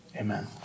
Amen